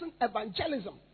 evangelism